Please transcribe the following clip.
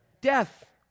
Death